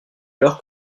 alors